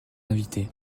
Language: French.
inviter